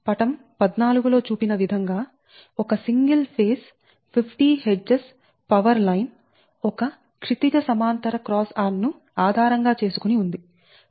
పటం 14 లో చూపిన విధంగా ఒక single phase 50 Hz power line ఒక క్షితిజ సమాంతర క్రాస్ ఆర్మ్ ను ఆధారంగా చేసుకుని ఉంది